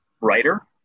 writer